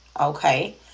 okay